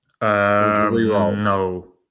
No